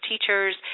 teachers